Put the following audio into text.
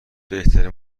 بهترین